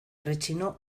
rechinó